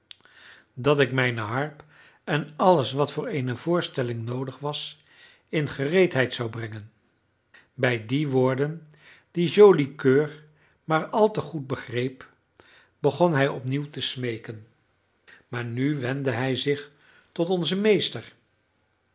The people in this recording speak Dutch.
dat ik mijne harp en alles wat voor eene voorstelling noodig was in gereedheid zou brengen bij die woorden die joli coeur maar al te goed begreep begon hij opnieuw te smeeken maar nu wendde hij zich tot onzen meester